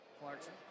Clarkson